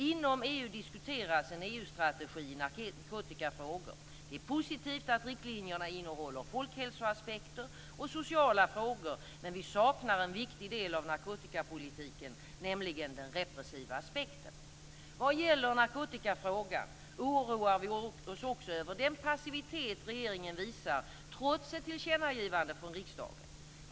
Inom EU diskuteras en EU-strategi i narkotikafrågor. Det är positivt att riktlinjerna innehåller folkhälsoaspekter och sociala frågor, men vi saknar en viktig del av narkotikapolitiken, nämligen den repressiva aspekten. Vad gäller narkotikafrågan oroar vi oss också över den passivitet regeringen visar, trots ett tillkännagivande från riksdagen.